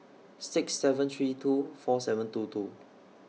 six seven three two four seven two two